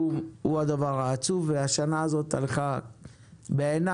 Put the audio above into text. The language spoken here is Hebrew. והוא הדבר העצוב, והשנה הזאת הלכה בעיניי